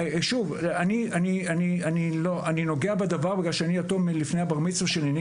אני נוגע בדבר בגלל שאני יתום מלפני בר המצווה שלי.